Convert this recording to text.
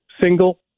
single